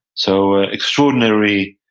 so ah extraordinary